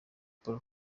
paul